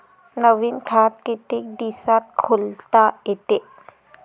नवीन खात कितीक दिसात खोलता येते?